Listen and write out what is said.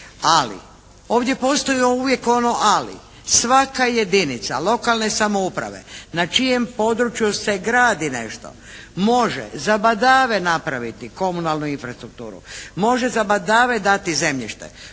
Ali, ovdje postoji uvijek ono "ali". Svaka jedinica lokalne samouprave ne čijem području se gradi nešto može za badava napraviti komunalnu infrastrukturu, može za badava dati zemljište